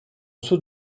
ceux